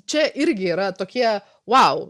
čia irgi yra tokie vau